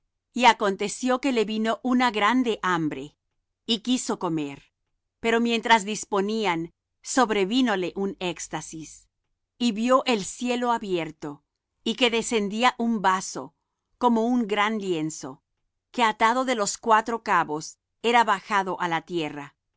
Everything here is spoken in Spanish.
y aconteció que le vino una grande hambre y quiso comer pero mientras disponían sobrevínole un éxtasis y vió el cielo abierto y que descendía un vaso como un gran lienzo que atado de los cuatro cabos era bajado á la tierra